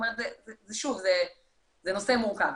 זה נושא מורכב